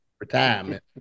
retirement